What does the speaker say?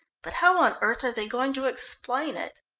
but how on earth are they going to explain it?